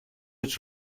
its